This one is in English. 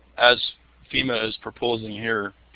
as fema is proposing here.